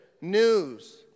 news